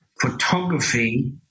photography